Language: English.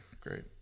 great